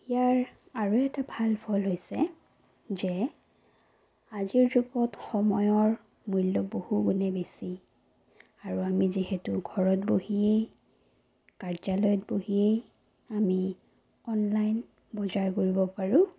ইয়াৰ আৰু এটা ভাল ফল হৈছে যে আজিৰ যুগত সময়ৰ মূল্য বহুগুণে বেছি আৰু আমি যিহেতু ঘৰত বহিয়েই কাৰ্যালয়ত বহিয়েই আমি অনলাইন বজাৰ কৰিব পাৰোঁ